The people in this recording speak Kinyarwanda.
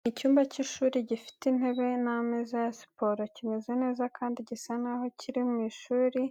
Ni mu cyumba cy’ishuri gifite intebe n’ameza ya siporo, kimeze neza kandi gisa naho kiri mu mashuri